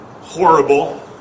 horrible